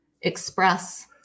express